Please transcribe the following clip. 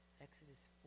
Exodus